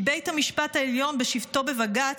כי בית המשפט העליון בשבתו כבג"ץ,